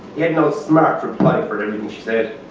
he had no smart reply for anything she said.